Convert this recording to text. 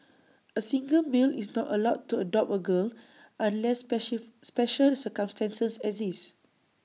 A single male is not allowed to adopt A girl unless special circumstances exist